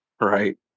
Right